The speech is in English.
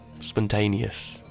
Spontaneous